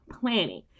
planning